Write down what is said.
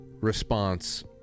response